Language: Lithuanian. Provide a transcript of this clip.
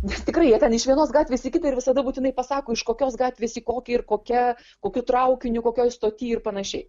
nes tikrai jie ten iš vienos gatvės į kitą ir visada būtinai pasako iš kokios gatvės į kokį ir kokia kokiu traukiniu kokioj stoty ir panašiai